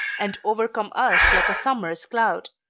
and overcome us like a summer's cloud,